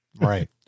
right